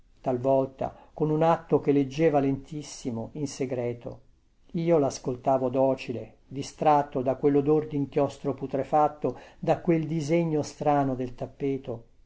talvolta con un atto che leggeva lentissimo in segreto io lascoltavo docile distratto da quellodor dinchiostro putrefatto da quel disegno strano del tappeto